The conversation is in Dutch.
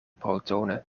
protonen